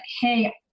hey